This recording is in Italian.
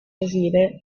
brasile